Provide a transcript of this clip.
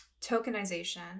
tokenization